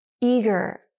eager